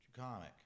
comic